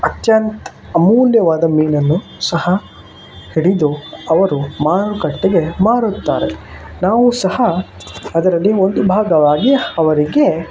ಅತ್ಯಂತ ಅಮೂಲ್ಯವಾದ ಮೀನನ್ನು ಸಹ ಹಿಡಿದು ಅವರು ಮಾರುಕಟ್ಟೆಗೆ ಮಾರುತ್ತಾರೆ ನಾವು ಸಹ ಅದರಲ್ಲಿ ಒಂದು ಭಾಗವಾಗಿ ಅವರಿಗೆ